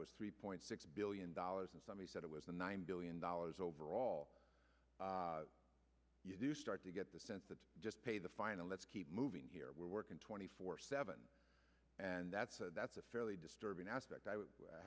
was three point six billion dollars and somebody said it was a nine billion dollars over all you do start to get the sense that just pay the fine and let's keep moving here we're working twenty four seven and that's a that's a fairly disturbing aspect i